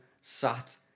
sat